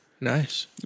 Nice